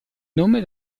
nome